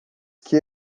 que